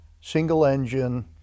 single-engine